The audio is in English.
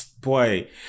boy